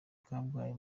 kabgayi